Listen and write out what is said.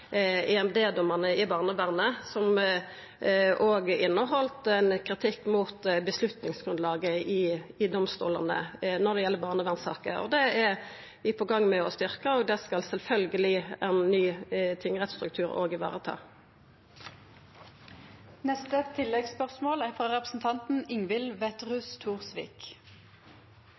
i barnevernet, som òg inneheldt ein kritikk mot avgjerdsgrunnlaget i domstolane når det gjeld barnevernssaker. Det er vi i gang med å styrkja, og det skal sjølvsagt ein ny tingrettsstruktur òg vareta. Ingvild Wetrhus Thorsvik – til oppfølgingsspørsmål. Mitt tilleggsspørsmål